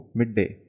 midday